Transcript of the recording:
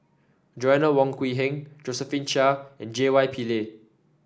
Joanna Wong Quee Heng Josephine Chia and J Y Pillay